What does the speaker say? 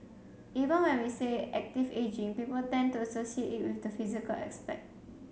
even when we say active ageing people tend to associate it with the physical aspect